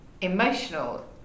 emotional